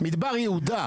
מדבר יהודה,